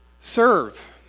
Serve